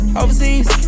overseas